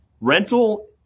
rental